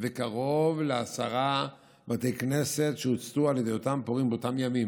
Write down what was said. וקרוב לעשרה בתי כנסת שהוצתו על ידי אותם פורעים באותם ימים.